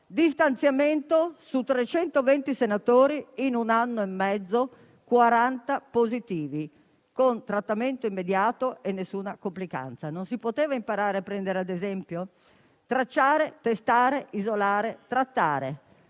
distanziamento. In un anno e mezzo, su 321 senatori 40 positivi con trattamento immediato e nessuna complicanza. Non si poteva imparare e prendere ad esempio? Tracciare, testare, isolare e trattare: